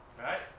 right